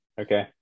Okay